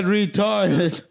retarded